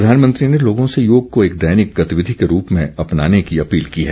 प्रधानमंत्री ने लोगों से योग को एक दैनिक गतिविधि के रूप में अपनाने की अपील की है